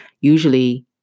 Usually